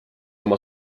oma